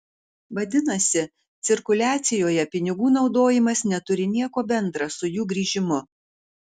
vadinasi cirkuliacijoje pinigų naudojimas neturi nieko bendra su jų grįžimu